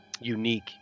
unique